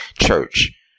Church